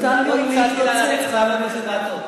לא הצעתי לה ללכת לעבוד בחברת "הוט".